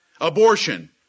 Abortion